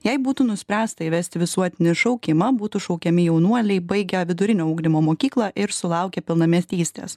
jei būtų nuspręsta įvesti visuotinį šaukimą būtų šaukiami jaunuoliai baigę vidurinio ugdymo mokyklą ir sulaukę pilnametystės